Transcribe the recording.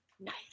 nice